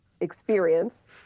experience